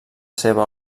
seva